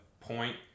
Point